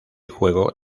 juego